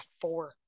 four